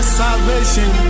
salvation